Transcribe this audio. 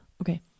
Okay